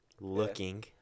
looking